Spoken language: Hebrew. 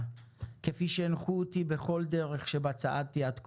כפי שהנחו אותי בכל דרך שבה צעדתי עד כה: